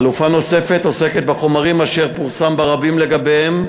חלופה נוספת עוסקת בחומרים אשר פורסם ברבים לגביהם